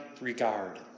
regard